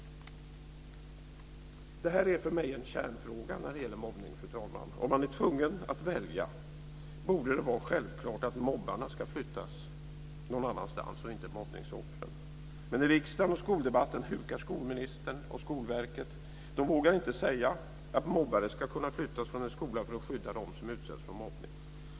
Det här är för mig en kärnfråga när det gäller mobbning, fru talman. Om man är tvungen att välja borde det vara självklart att mobbarna ska flyttas någon annanstans och inte mobbningsoffren. Men i riksdagen och skoldebatten hukar skolministern och Skolverket. De vågar inte säga att mobbare ska kunna flyttas från en skola för att skydda dem som utsätts för mobbning.